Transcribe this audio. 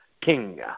king